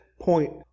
point